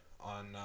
on